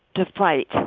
to fight